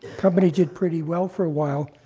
company did pretty well for a while,